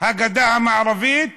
הגדה המערבית